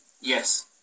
yes